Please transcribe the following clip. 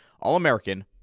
All-American